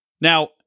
Now